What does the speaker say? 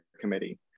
Committee